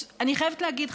אני חייבת להגיד,